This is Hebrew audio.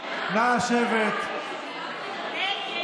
להתחלף איתי.